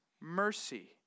mercy